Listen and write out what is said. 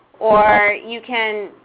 or you can